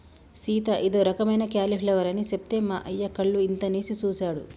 సీత ఇదో రకమైన క్యాలీఫ్లవర్ అని సెప్తే మా అయ్య కళ్ళు ఇంతనేసి సుసాడు